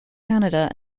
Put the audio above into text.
canada